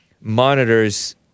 monitors